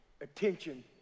attention